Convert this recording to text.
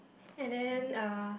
and then uh